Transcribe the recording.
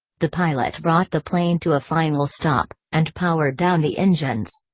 the pilot brought the plane to a final stop, and powered down the engines.